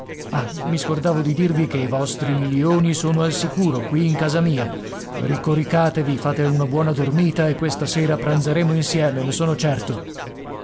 ah mi scordavo di dirvi che i vostri milioni sono al sicuro qui in casa mia ricoricatevi fate una buona dormita e questa sera pranzeremo insieme ne sono certo